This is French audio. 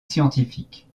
scientifique